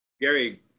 Gary